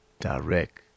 direct